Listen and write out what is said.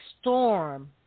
storm